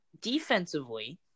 defensively